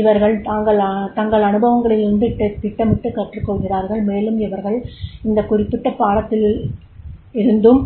இவர்கள் தங்கள் அனுபவங்களிலிருந்து திட்டமிட்டு கற்றுக்கொள்கிறார்கள் மேலும் அவர்கள் இந்த குறிப்பிட்ட பாடத்திலிருந்தும்